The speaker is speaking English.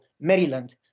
Maryland